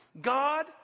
God